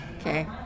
okay